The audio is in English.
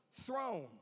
throne